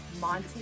Monty